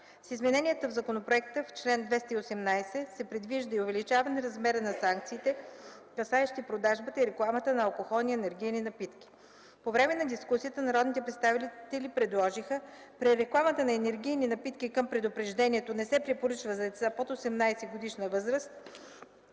С измененията в законопроекта в чл. 218 се предвижда и увеличаване размера на санкциите, касаещи продажбата и рекламата на алкохолни и енергийни напитки. По време на дискусията народните представители предложиха: при рекламата на енергийни напитки към предупреждението „Не се препоръчва за деца под 18-годишна възраст”